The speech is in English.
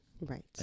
Right